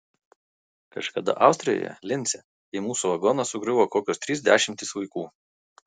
kažkada austrijoje lince į mūsų vagoną sugriuvo kokios trys dešimtys vaikų